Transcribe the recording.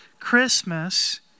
christmas